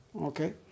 okay